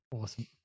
awesome